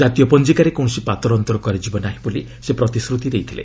ଜାତୀୟ ପଞ୍ଜିକାରେ କୌଣସି ପାତର ଅନ୍ତର କରାଯିବ ନାହିଁ ବୋଲି ସେ ପ୍ରତିଶ୍ରତି ଦେଇଥିଲେ